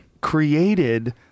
created